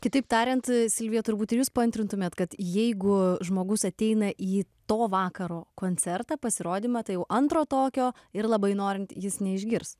kitaip tariant silvija turbūt ir jūs paantrintumėt kad jeigu žmogus ateina į to vakaro koncertą pasirodymą tai jau antro tokio ir labai norint jis neišgirs